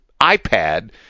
iPad